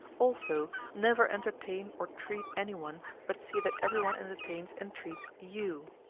also, never entertain or treat any one, but see that every one entertains and treats you.